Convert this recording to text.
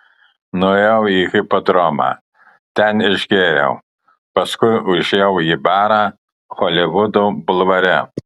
nuėjau į hipodromą ten išgėriau paskui užėjau į barą holivudo bulvare